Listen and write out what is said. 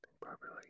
properly